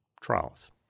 trials